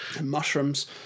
mushrooms